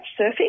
surfing